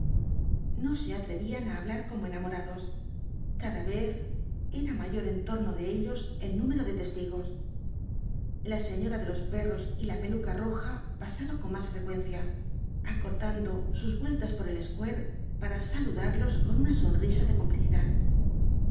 no se atrevían á hablar como enamorados cada vez era mayor en torno de ellos el número de testigos la señora de los perros y la peluca roja pasaba con más frecuencia acortando sus vueltas por el square para saludarlos con una sonrisa de complicidad